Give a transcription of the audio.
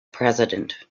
president